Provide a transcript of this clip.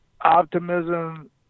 optimism